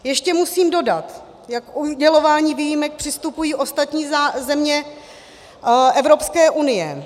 Ještě musím dodat, jak k udělování výjimek přistupují ostatní země Evropské unie.